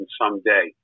someday